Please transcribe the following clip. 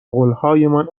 قولهایمان